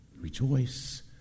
rejoice